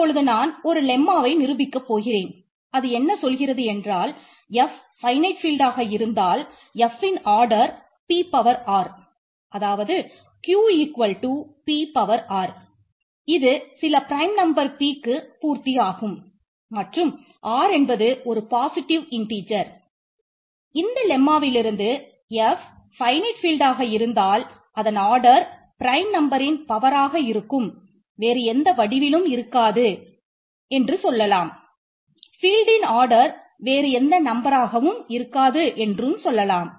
இப்பொழுது நான் ஒரு லெம்மாவை ஆகவும் இருக்காது என்று சொல்லலாம்